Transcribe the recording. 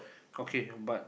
okay but